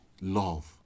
love